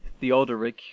Theodoric